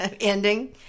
ending